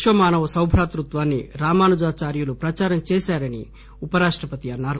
విశ్వమానవ సౌభ్రాతృత్వాన్ని రామానుజా చార్యులు ప్రచారం చేశారని ఉపరాష్టపతి అన్నారు